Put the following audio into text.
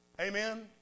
Amen